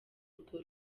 urwo